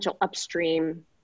upstream